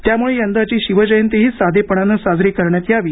त्यामुळे यंदाची शिवजयंतीही साधेपणानं साजरी करण्यात यावी